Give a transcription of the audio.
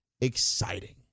exciting